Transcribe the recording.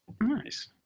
Nice